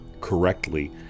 correctly